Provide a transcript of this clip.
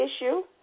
issue